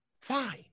fine